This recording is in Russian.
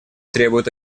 требуют